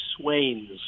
Swain's